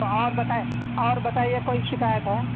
تو اور بتائے اور بتائیے کوئی شکایت ہے